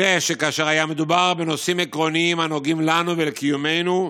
יראה שכאשר היה מדובר בנושאים עקרוניים הנוגעים לנו ולקיומנו,